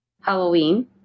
Halloween